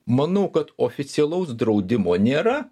manau kad oficialaus draudimo nėra